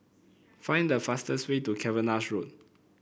find the fastest way to Cavenagh Road